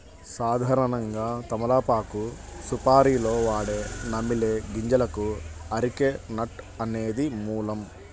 సాధారణంగా తమలపాకు సుపారీలో వాడే నమిలే గింజలకు అరెక నట్ అనేది మూలం